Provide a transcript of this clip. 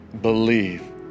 believe